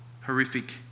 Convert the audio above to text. horrific